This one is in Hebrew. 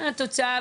התוצאה,